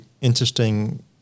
interesting